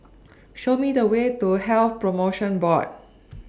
Show Me The Way to Health promotion Board